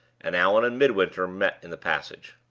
and allan and midwinter met in the passage.